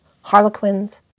harlequins